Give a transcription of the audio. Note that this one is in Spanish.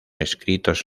escritos